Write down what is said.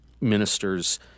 ministers